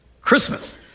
Christmas